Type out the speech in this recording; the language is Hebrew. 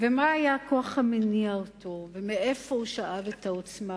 ומה היה הכוח המניע אותו ומאיפה הוא שאב את העוצמה,